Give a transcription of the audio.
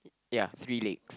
ya three leg